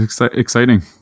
exciting